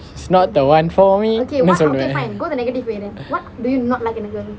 she's not the [one] for me னு சொல்வேன்:nu solven